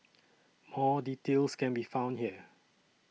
more details can be found here